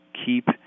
keep